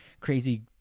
crazy